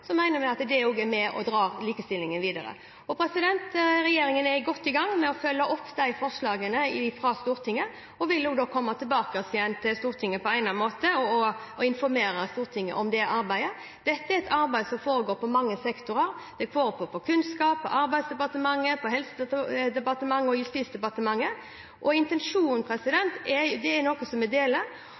er med og drar likestillingen videre. Regjeringen er godt i gang med å følge opp de forslagene fra Stortinget og vil komme tilbake til Stortinget på egnet måte og informere om det arbeidet. Dette er et arbeid som foregår i mange sektorer. Det foregår i Kunnskapsdepartementet, Arbeids- og sosialdepartementet, Helse- og omsorgsdepartementet og Justis- og beredskapsdepartementet, og intensjonen er noe vi deler. Jeg er også veldig glad for at Stortinget er veldig tydelig på at når det gjelder de utfordringene vi